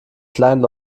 kleinen